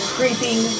Creeping